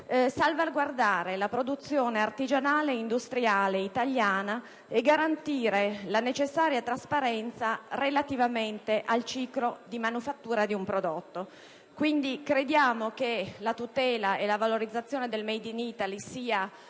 salvaguardare la produzione artigianale e industriale italiana e garantire la necessaria trasparenza relativamente al ciclo di manifattura di un prodotto. Crediamo che la tutela e la valorizzazione del *made in Italy* siano